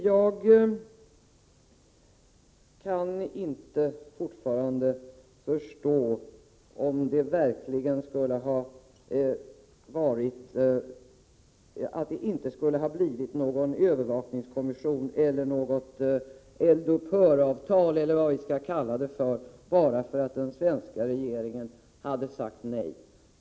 Jag kan fortfarande inte förstå att det verkligen inte skulle ha blivit någon övervakningskommission eller något eld-upphör-avtal eller vad vi skall kalla det, bara för att den svenska regeringen hade sagt nej.